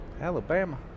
Alabama